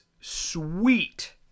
sweet